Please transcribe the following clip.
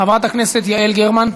חברת הכנסת יעל גרמן.